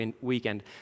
weekend